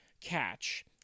catch